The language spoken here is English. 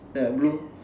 that blue